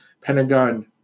Pentagon